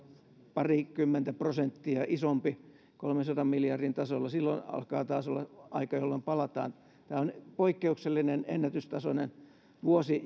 parikymmentä prosenttia isompi kolmensadan miljardin tasolla silloin alkaa taas olla aika jolloin palataan tämä on nyt poikkeuksellinen ennätystasoinen vuosi